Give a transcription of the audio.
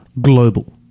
global